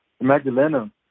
Magdalena